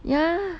yeah